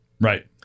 Right